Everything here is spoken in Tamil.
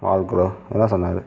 வால்க்ரோ எல்லாம் சொன்னார்